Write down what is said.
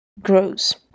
grows